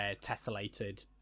tessellated